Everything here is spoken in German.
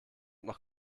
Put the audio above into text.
noch